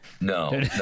No